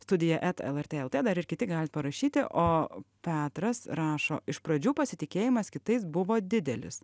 studija et lrt lt dar ir kiti gali parašyti o petras rašo iš pradžių pasitikėjimas kitais buvo didelis